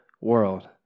world